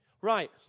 Right